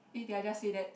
eh did I just say that